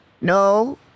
no